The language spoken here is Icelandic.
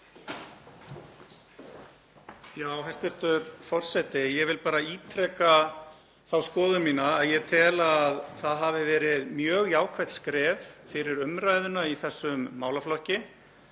Hæstv. forseti. Ég vil ítreka þá skoðun mína að ég tel að það hafi verið mjög jákvætt skref fyrir umræðuna í þessum málaflokki